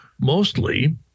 Mostly